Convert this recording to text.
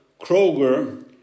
Kroger